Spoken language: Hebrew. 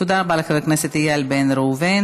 תודה רבה לחבר הכנסת איל בן ראובן.